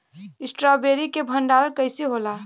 Strawberry के भंडारन कइसे होला?